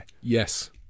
Yes